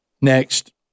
Next